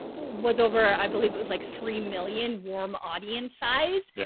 was over, i believe it was like three million warm audience size,